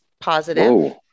positive